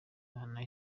imana